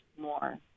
more